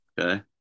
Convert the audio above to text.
Okay